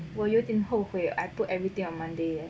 我有点后悔 I put everything on monday eh